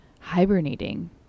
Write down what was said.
hibernating